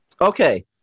Okay